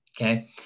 okay